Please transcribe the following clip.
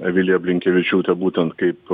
viliją blinkevičiūtę būtent kaip